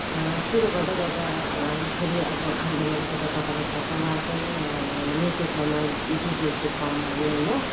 सुरु गर्दै गर्दा खेरि अब आन्दोलनको त तपाईँलाई थाहा छ उहाँकै नेनृत्वमा डिजिएचसी फर्म भयो होइन